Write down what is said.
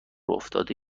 افتاده